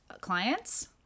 clients